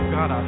God